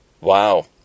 Wow